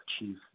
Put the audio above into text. achieve